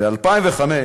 ב-2005